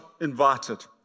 invited